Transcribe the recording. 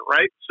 Right